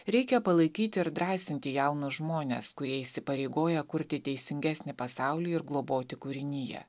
reikia palaikyti ir drąsinti jaunus žmones kurie įsipareigoja kurti teisingesnį pasaulį ir globoti kūriniją